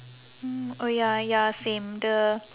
hmm oh ya ya same the